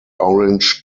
orange